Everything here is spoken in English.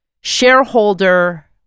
shareholder